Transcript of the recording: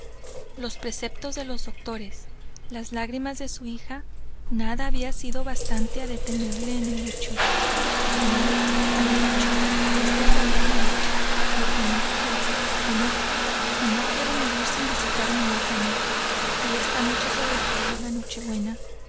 los preceptos de los doctores las lágrimas de su hija nada había sido bastante á detenerle en el lecho no había dicho esta es la última lo conozco lo conozco y no quiero morir sin visitar mi órgano y esta noche sobre todo la noche-buena